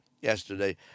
yesterday